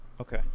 okay